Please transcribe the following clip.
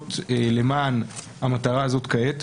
ולילות למען המטרה הזאת כעת,